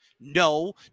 No